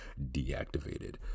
deactivated